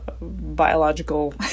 biological